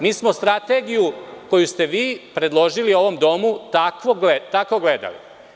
Mi smo strategiju koju ste vi predložili ovom domu tako gledali.